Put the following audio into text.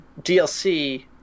dlc